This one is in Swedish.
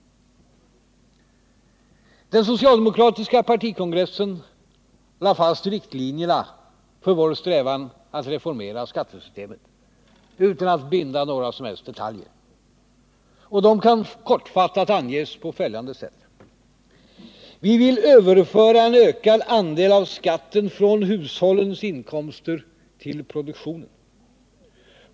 Den socialdemokratiska partikongressen lade fast riktlinjerna för vår strävan att reformera skattesystemet, utan att binda några som helst detaljer. Riktlinjerna kan kortfattat anges på följande sätt: Vi vill överföra en ökad andel av skatten från hushållens inkomster till produktionen.